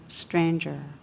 stranger